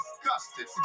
disgusted